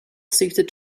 studied